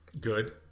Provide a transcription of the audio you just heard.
Good